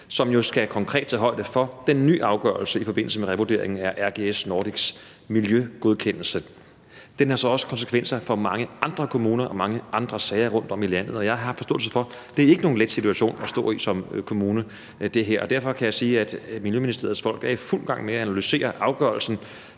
som konkret skal tage højde for den nye afgørelse i forbindelse med revurderingen af RGS Nordics miljøgodkendelse. Den har så også konsekvenser for mange andre kommuner og mange andre sager rundtom i landet, og jeg har forståelse for, at det her ikke er nogen let situation at stå i som kommune. Derfor kan jeg sige, at Miljøministeriets folk er i fuld gang med at analysere afgørelsen,